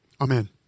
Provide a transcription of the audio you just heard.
Amen